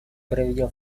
проведем